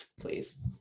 Please